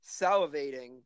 salivating